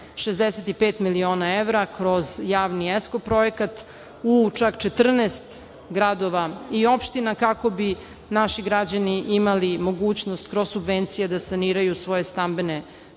65 miliona evra kroz javni ESCO projekat u čak 14 gradova i opština, kako bi naši građani imali mogućnost kroz subvencije da saniraju svoje stambene